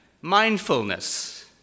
mindfulness